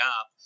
up